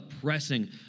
pressing